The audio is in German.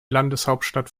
landeshauptstadt